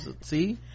see